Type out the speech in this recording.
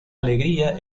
alegría